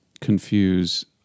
confuse